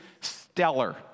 stellar